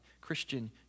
Christian